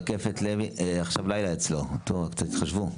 עכשיו לילה אצלו, תתחשבו.